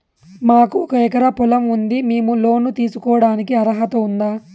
మాకు ఒక ఎకరా పొలం ఉంది మేము లోను తీసుకోడానికి అర్హత ఉందా